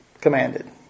commanded